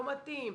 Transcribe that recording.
לא מתאים,